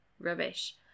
rubbish